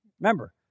Remember